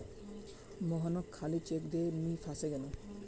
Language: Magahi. मोहनके खाली चेक दे मुई फसे गेनू